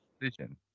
decision